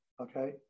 okay